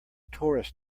torus